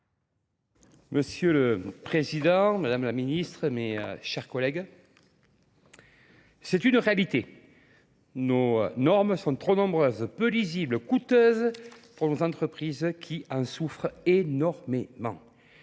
Monsieur le Président, Madame la Ministre, mes chers collègues, c'est une réalité. Nos normes sont trop nombreuses, peu lisibles, coûteuses pour nos entreprises qui en souffrent énormément.